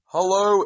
Hello